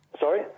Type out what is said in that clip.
Sorry